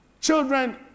children